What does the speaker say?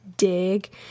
dig